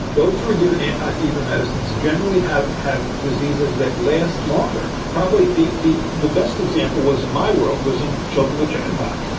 those who were given anti fever medicines generally have had diseases that last longer. probably the the the best example was in my world was in children with chickenpox.